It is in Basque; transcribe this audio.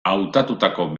hautatutako